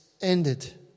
ended